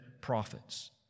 prophets